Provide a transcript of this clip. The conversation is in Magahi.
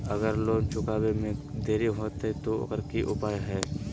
अगर लोन चुकावे में देरी होते तो ओकर की उपाय है?